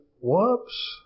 Whoops